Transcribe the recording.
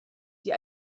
die